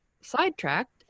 sidetracked